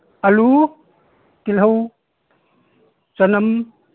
ꯑꯥꯂꯨ ꯇꯤꯜꯍꯧ ꯆꯅꯝ